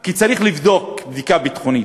כי צריך לבדוק בדיקה ביטחונית,